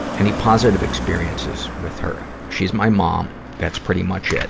any positive experiences with her? she's my mom. that's pretty much it.